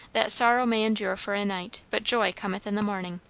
that sorrow may endure for a night, but joy cometh in the morning